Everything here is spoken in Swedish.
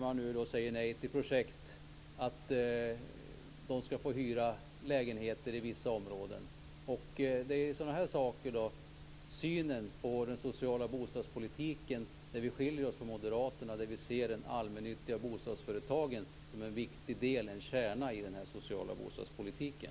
Man säger nej till projekt att de skall få hyra lägenheter i vissa områden. Det är sådana här saker, synen på den sociala bostadspolitiken, som gör att vi skiljer oss från moderaterna. Vi ser de allmännyttiga bostadsföretagen som en viktig del, som en kärna, i den sociala bostadspolitiken.